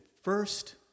First